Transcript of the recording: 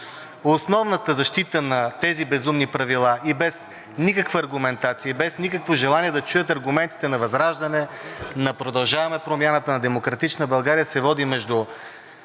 Основната защита на тези безумни правила и без никаква аргументация и без никакво желание да чуят аргументите на ВЪЗРАЖДАНЕ, на „Продължаваме Промяната“, на „Демократична България“ се води между